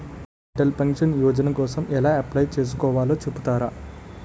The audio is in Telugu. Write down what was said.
అటల్ పెన్షన్ యోజన కోసం ఎలా అప్లయ్ చేసుకోవాలో చెపుతారా?